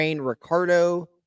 Ricardo